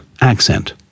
accent